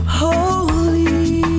holy